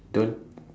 don't